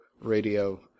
Radio